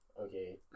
Okay